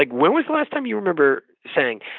like when was the last time you remember saying,